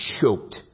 choked